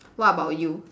what about you